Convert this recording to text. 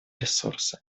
ресурсы